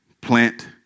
plant